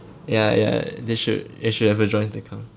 ya ya they should they should have a joint account